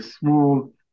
small